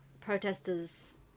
protesters